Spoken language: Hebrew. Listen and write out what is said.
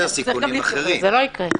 זה לא יקרה.